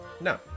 No